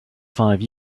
five